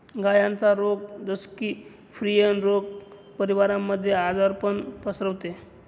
गायांचा रोग जस की, प्रियन रोग परिवारामध्ये आजारपण पसरवते